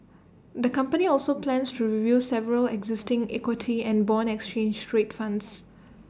the company also plans to review several existing equity and Bond exchange trade funds